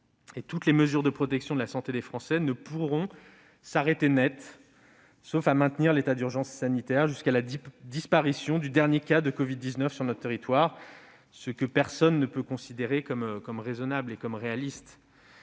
Toutes les mesures de protection de la santé des Français ne pourront s'arrêter net, sauf à maintenir l'état d'urgence sanitaire jusqu'à la disparition du dernier cas de covid-19 sur notre territoire, ce que personne ne peut considérer comme raisonnable et réaliste.